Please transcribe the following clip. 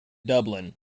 dublin